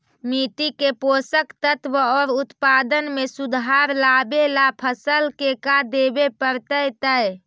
मिट्टी के पोषक तत्त्व और उत्पादन में सुधार लावे ला फसल में का देबे पड़तै तै?